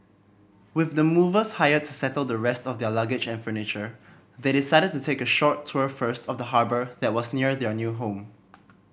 with the movers hired to settle the rest of their luggage and furniture they decided to take a short tour first of the harbour that was near their new home